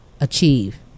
achieve